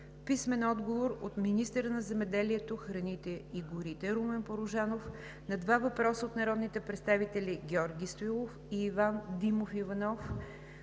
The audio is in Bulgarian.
Данчев; - министъра на земеделието, храните и горите Румен Порожанов на два въпроса от народните представители Георги Стоилов и Иван Димов Иванов;